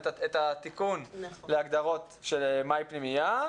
את התיקון להגדרות של מהי פנימייה.